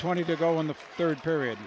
twenty to go in the third period